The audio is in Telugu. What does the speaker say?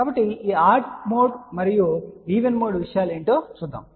కాబట్టి ఈ ఆడ్ మోడ్ మరియు ఈవెన్ మోడ్ విషయాలు ఏమిటో చూద్దాం